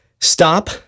Stop